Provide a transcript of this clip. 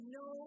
no